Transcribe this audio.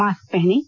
mask पहनें